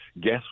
guess